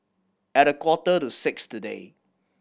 at a quarter to six today